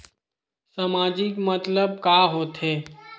सामाजिक मतलब का होथे?